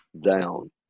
down